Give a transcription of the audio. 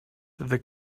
the